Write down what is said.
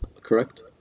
correct